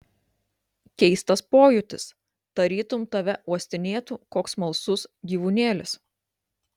keistas pojūtis tarytum tave uostinėtų koks smalsus gyvūnėlis